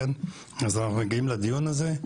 אבל הנה אנחנו מגיעים לדיון הזה.